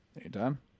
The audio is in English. Anytime